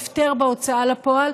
הפטר בהוצאה לפועל,